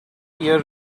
year